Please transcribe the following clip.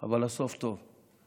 אבל הסוף טוב.